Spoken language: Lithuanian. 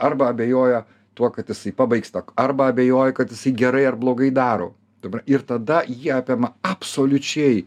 arba abejoja tuo kad jisai pabaigs arba abejoja kad jisai gerai ar blogai daro dabar ir tada jį apima absoliučiai